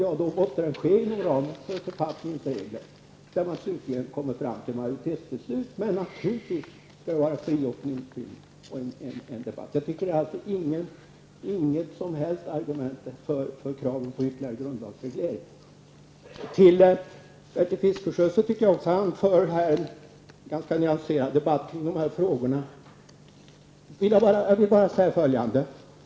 Behandlingen av en sådan fråga måste ske inom ramen för författningsregler och slutligen leda fram till ett majoritetsbeslut. Men naturligtvis skall det vara en fri opinionsbildning och en fri debatt. Jag anser alltså att det inte finns något som helst argument för kraven på ytterligare grundlagsreglering. Jag anser att Bertil Fiskesjö här förde en ganska nyanserad debatt i dessa frågor. Jag vill bara tillägga följande.